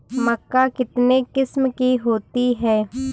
मक्का कितने किस्म की होती है?